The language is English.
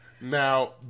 Now